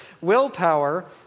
Willpower